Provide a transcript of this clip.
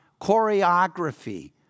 choreography